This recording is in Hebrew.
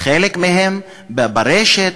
חלק מהן ברשת.